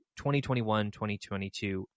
2021-2022